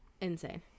Insane